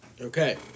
Okay